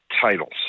titles